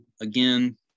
again